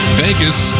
vegas